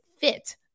fit